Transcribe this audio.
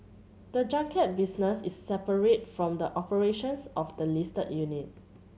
the junket business is separate from the operations of the listed unit